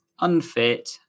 unfit